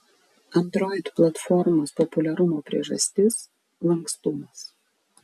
android platformos populiarumo priežastis lankstumas